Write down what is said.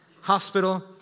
hospital